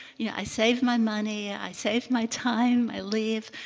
yeah i saved my money, i saved my time. i leave.